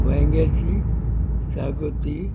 वायग्याची सागोती